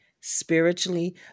spiritually